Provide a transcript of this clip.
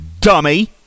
dummy